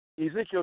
Ezekiel